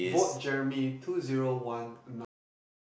vote Jeremy two zero one nine